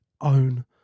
own